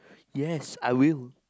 yes I will